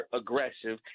aggressive